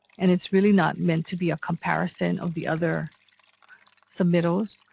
and it's really not meant to be a comparison of the other submittals.